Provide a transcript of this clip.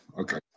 okay